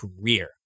career